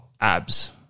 abs